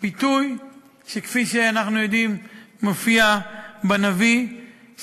ביטוי שכפי שאנחנו יודעים מופיע בנביא,